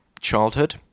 childhood